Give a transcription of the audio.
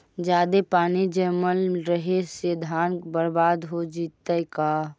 जादे पानी जमल रहे से धान बर्बाद हो जितै का?